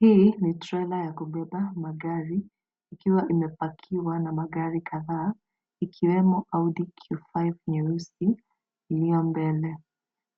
Hii ni trela ya kubeba magari ikiwa imepakiwa na magari kadhaa ikiwemo Audi Q5 nyeusi iliyo mbele.